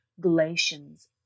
Galatians